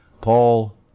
Paul